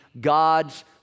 God's